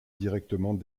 directement